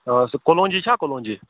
سُہ کلونٛجی چھا کلونٛجی